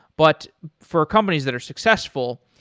but for companies that are successful,